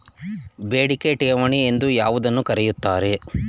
ಬೇಡಿಕೆ ಠೇವಣಿ ಎಂದು ಯಾವುದನ್ನು ಕರೆಯುತ್ತಾರೆ?